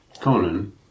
Conan